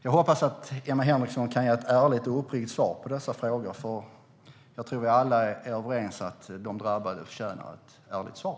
Jag hoppas att Emma Henriksson kan ge ett ärligt och uppriktigt svar på dessa frågor, för jag tror att vi alla är överens om att de drabbade förtjänar ett ärligt svar.